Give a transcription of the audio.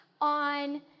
on –